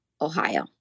Ohio